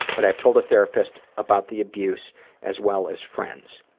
but i've told a therapist about the abuse as well as friends.